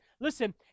listen